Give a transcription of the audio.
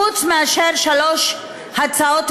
חוץ מאשר שלוש הצעות,